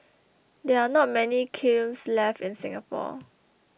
there are not many kilns left in Singapore